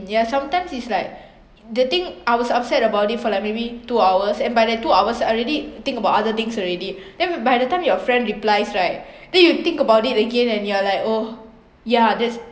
ya sometimes it's like the thing I was upset about it for like maybe two hours and by that two hours I already think about other things already then by the time your friend replies right then you think about it again and you're like oh yeah that's